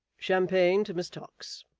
champagne to miss tox